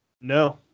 no